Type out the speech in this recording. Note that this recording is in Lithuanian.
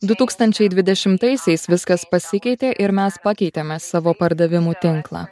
du tūkstančiai dvidešimtaisiais viskas pasikeitė ir mes pakeitėme savo pardavimų tinklą